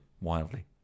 wildly